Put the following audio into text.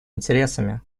интересами